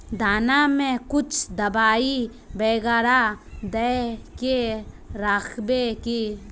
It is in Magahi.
दाना में कुछ दबाई बेगरा दय के राखबे की?